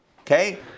Okay